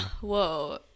Whoa